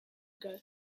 ago